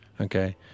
okay